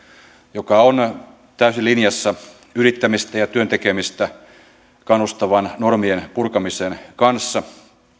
joka on täysin linjassa yrittämistä ja työn tekemistä kannustavan normien purkamisen kanssa